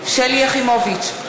יחימוביץ,